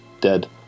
dead